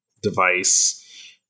device